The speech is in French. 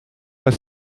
pas